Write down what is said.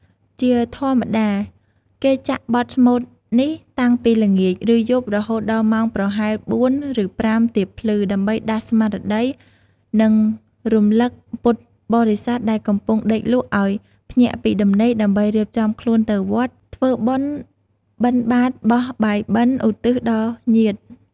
ជាធម្មតា គេចាក់បទស្មូតនេះតាំងពីល្ងាច ឬយប់រហូតដល់ម៉ោងប្រហែល ៤ ឬ ៥ ទៀបភ្លឺ ដើម្បីដាស់ស្មារតី និងរំឭកពុទ្ធបរិស័ទដែលកំពុងដេកលក់ឲ្យភ្ញាក់ពីដំណេក ដើម្បីរៀបចំខ្លួនទៅវត្ត ធ្វើបុណ្យបិណ្ឌបាត្របោះបាយបិណ្ឌឧទ្ទិសដល់ញាតិ។